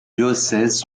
diocèses